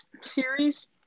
series